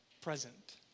present